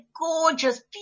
gorgeous